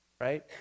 right